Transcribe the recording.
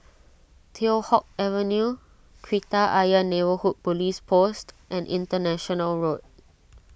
Teow Hock Avenue Kreta Ayer Neighbourhood Police Post and International Road